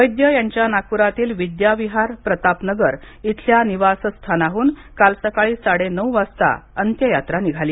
वैद्य यांच्या नागपुरातील विद्याविहार प्रतापनगर येथील निवास्थानाहून काल सकाळी साडेनऊ वाजता अंत्ययात्रा निघाली